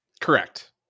Correct